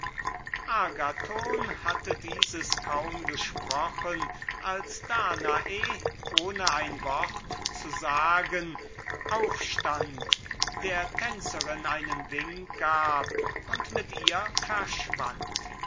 agathon hatte dieses kaum gesprochen als danae ohne ein wort zu sagen aufstund der tänzerin einen wink gab und mit ihr verschwand